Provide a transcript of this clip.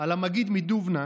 על המגיד מדובנא